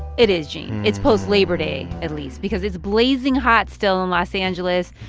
it is, gene. it's post-labor day at least because it's blazing hot still in los angeles,